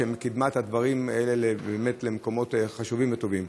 שקידמה את הדברים האלה באמת למקומות חשובים וטובים.